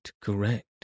correct